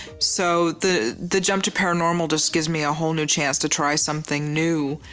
so the the jump to paranormal just gives me a whole new chance to try something new,